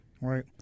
right